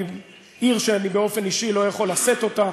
עיר שבאופן אישי אני לא יכול לשאת אותה,